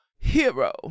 Hero